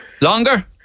longer